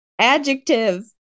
Adjective